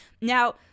Now